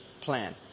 plan